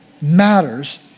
matters